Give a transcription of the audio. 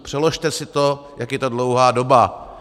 Přeložte si to, jak je to dlouhá doba.